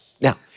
Now